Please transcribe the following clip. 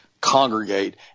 congregate